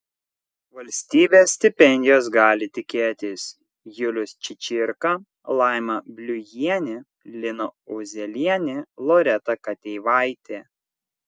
valstybės stipendijos gali tikėtis julius čičirka laima bliujienė lina uzielienė loreta kateivaitė